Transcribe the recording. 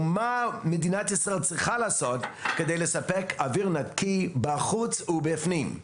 מה מדינת ישראל צריכה לעשות כדי לספק אוויר נקי בחוץ ובפנים?